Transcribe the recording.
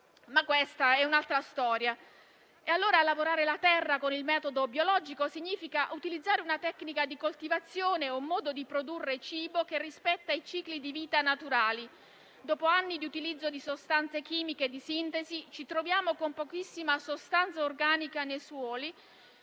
Ma questa è un'altra storia. Lavorare la terra con il metodo biologico significa utilizzare una tecnica di coltivazione e un modo di produrre cibo che rispettano i cicli di vita naturali. Dopo anni di utilizzo di sostanze chimiche di sintesi, ci troviamo con pochissima sostanza organica nei suoli